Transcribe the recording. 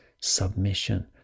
submission